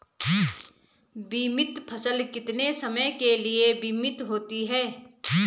बीमित फसल कितने समय के लिए बीमित होती है?